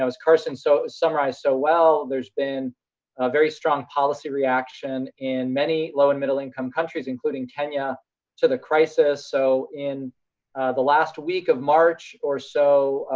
as carson so summarized so well, there's been a very strong policy reaction in many low and middle income countries, including kenya to the crisis. so in the last week of march or so,